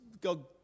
God